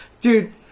Dude